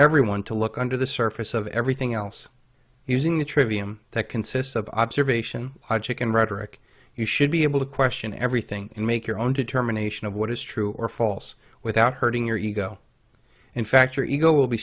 everyone to look under the surface of everything else using the trivium that consists of observation hadzic and rhetoric you should be able to question everything and make your own determination of what is true or false without hurting your ego in fact her ego will be